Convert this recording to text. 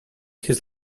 his